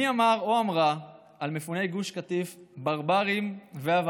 מי אמר או אמרה על מפוני גוש קטיף "ברברים ועבריינים"?